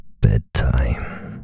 Bedtime